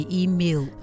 email